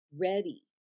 ready